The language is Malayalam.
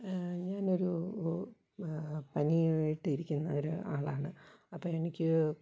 ഞാനൊരു പനിയായിട്ടിരിക്കുന്ന ഒര് ആളാണ് അപ്പം എനിക്ക്